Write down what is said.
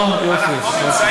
אה, יופי.